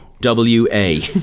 W-A